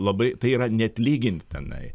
labai tai yra neatlygintinai